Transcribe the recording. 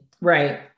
Right